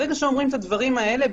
ברגע שאומרים את הדברים האלה,